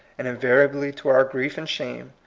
and invariably to our grief and shame,